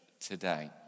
today